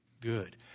good